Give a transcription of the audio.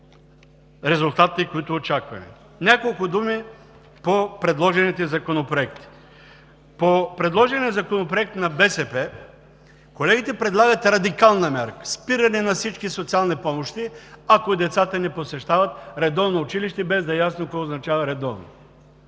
резултатите, които очакваме. Няколко думи по предложените законопроекти. По законопроекта, внесен от БСП. Колегите предлагат радикална мярка – спиране на всички социални помощи, ако децата не посещават редовно училище, без да е ясно какво означава „редовно“.